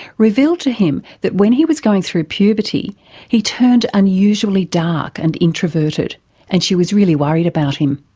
revealed to him that when he was going through puberty he turned unusually dark and introverted and she was really worried about him.